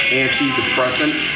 antidepressant